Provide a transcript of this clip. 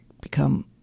become